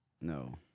No